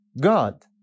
God